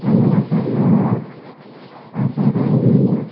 Kamala Sharma Asha Rai